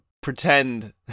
pretend